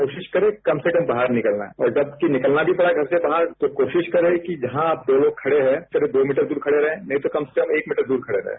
कोशिश करें कम से कम बाहर निकलना है और जबकि निकलना भी पड़ा घर से बाहर तो कोशिश करें कि जहां आप दो लोग खड़े हैं करीब दो मीटर दूर खड़े रहें नहीं तो कम से कम एक मीटर दूर खड़े रहें